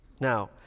Now